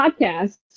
podcast